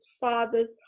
father's